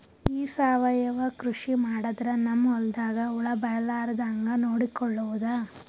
ಈ ಸಾವಯವ ಕೃಷಿ ಮಾಡದ್ರ ನಮ್ ಹೊಲ್ದಾಗ ಹುಳ ಬರಲಾರದ ಹಂಗ್ ನೋಡಿಕೊಳ್ಳುವುದ?